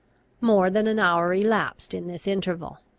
more than an hour elapsed in this interval.